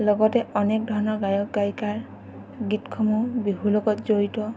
লগতে অনেক ধৰণৰ গায়ক গায়িকাৰ গীতসমূহ বিহুৰ লগত জড়িত